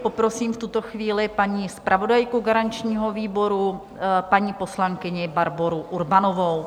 Poprosím v tuto chvíli paní zpravodajku garančního výboru, paní poslankyni Barboru Urbanovou.